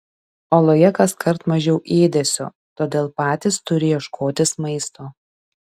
oloje kaskart mažiau ėdesio todėl patys turi ieškotis maisto